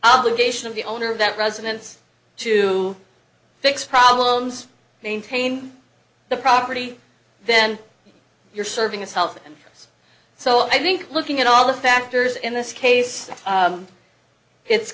obligation of the owner of that residence to fix problems maintain the property then you're serving as health and so i think looking at all the factors in this case it's